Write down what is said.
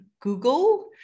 Google